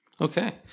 Okay